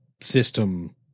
system